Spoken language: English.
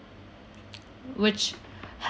which